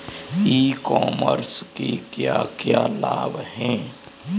ई commerce के क्या क्या लाभ हैं?